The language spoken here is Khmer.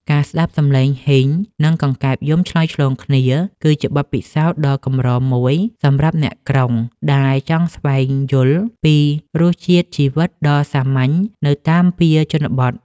ការស្ដាប់សំឡេងហ៊ីង និងកង្កែបយំឆ្លើយឆ្លងគ្នា គឺជាបទពិសោធន៍ដ៏កម្រមួយសម្រាប់អ្នកក្រុង ដែលចង់ស្វែងយល់ពីរសជាតិជីវិតដ៏សាមញ្ញនៅតាមវាលជនបទ។